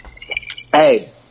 Hey